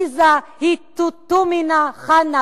ואד'א אא'תמן ח'אן.